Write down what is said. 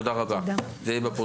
תודה רבה, זה יהיה בפרוטוקול.